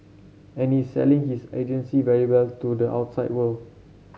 and he's selling his agency very well to the outside world